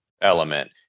element